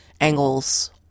angles